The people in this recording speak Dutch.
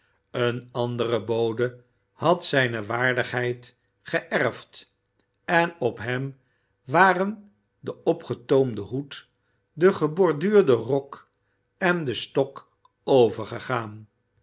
een andere bode had zijne waardigheid geërfd en op hem waren de opgetoomde hoed de geborduurde rok en de stok overgegaan